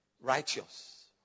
righteous